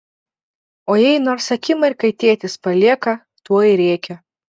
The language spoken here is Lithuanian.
o jei nors akimirkai tėtis palieka tuoj rėkia